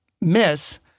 miss